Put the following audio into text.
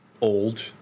old